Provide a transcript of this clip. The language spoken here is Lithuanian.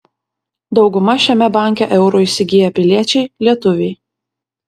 dauguma šiame banke eurų įsigiję piliečiai lietuviai